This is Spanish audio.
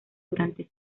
durante